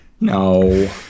no